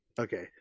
okay